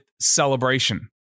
celebration